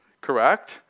Correct